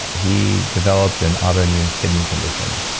ah he developed an autoimmune kidney condition.